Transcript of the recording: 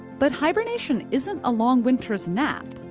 but hibernation isn't a long winter's nap.